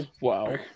wow